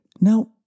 Now